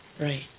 Right